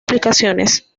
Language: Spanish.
aplicaciones